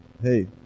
hey